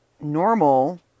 normal